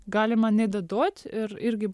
galima nedaduot ir irgi